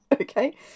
okay